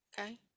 Okay